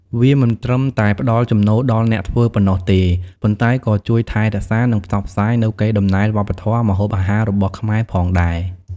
វាមិនត្រឹមតែផ្ដល់ចំណូលដល់អ្នកធ្វើប៉ុណ្ណោះទេ ប៉ុន្តែក៏ជួយថែរក្សា និងផ្សព្វផ្សាយនូវកេរដំណែលវប្បធម៌ម្ហូបអាហាររបស់ខ្មែរផងដែរ។